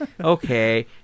Okay